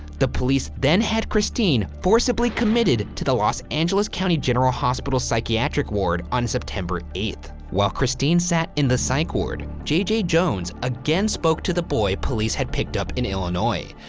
the police then had christine forcibly committed to the los angeles county general hospital psychiatric ward on september eighth. while christine sat in the psych ward, j j. jones again spoke to the boy police had picked up in illinois.